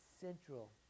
central